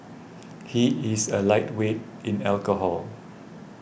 he is a lightweight in alcohol